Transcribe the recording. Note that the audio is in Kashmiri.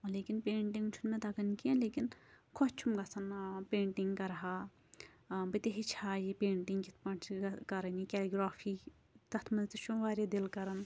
لیکن پینٹِنٛگ چھُنہٕ مےٚ تَگان کیٚنٛہہ لیکن خۄش چھُم گژھان ٲں پینٹِنٛگ کَرٕ ہا ٲں بہٕ تہِ ہیٚچھہِ ہا یہِ پینٹِنٛگ کِتھ پٲٹھۍ چھِ کَرٕنۍ یہِ کیٚلِگرٛافی تَتھ منٛز تہِ چھُم واریاہ دِل کَران